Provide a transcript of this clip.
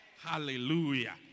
Hallelujah